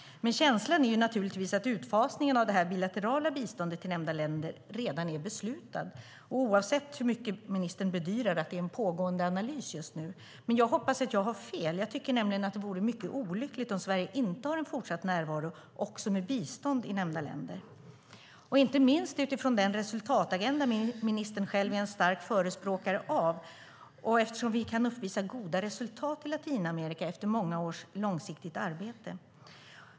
Känslan är dock att utfasningen av det bilaterala biståndet till nämnda länder redan är beslutad, oavsett hur mycket ministern bedyrar att det pågår en analys. Jag hoppas dock att jag har fel, för det vore mycket olyckligt om Sverige inte har en fortsatt närvaro också med bistånd i nämnda länder - inte minst utifrån den resultatagenda ministern själv är en stark förespråkare av och eftersom vi kan uppvisa goda resultat i Latinamerika efter många års långsiktigt arbete.